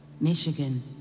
Michigan